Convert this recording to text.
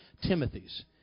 Timothy's